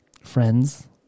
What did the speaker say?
friends